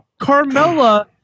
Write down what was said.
Carmella